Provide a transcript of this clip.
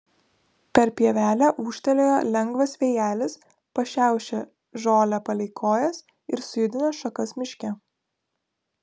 per pievelę ūžtelėjo lengvas vėjelis pašiaušė žolę palei kojas ir sujudino šakas miške